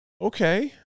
okay